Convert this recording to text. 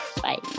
bye